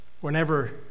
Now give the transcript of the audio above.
Whenever